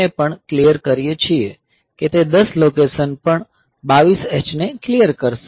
આપણે બીટ 10Hને પણ ક્લીયર કરીએ છીએ કે તે 10 લોકેશન પણ 22 Hને ક્લિયર કરશે